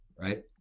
right